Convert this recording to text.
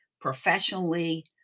professionally